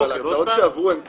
אבל ההצעות שעברו הן טרומיות,